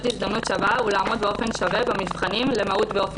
הזדמנות שווה ולעמוד באופן שווה במבחנים למהות ואופי